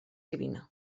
divina